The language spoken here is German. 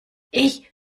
ich